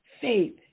Faith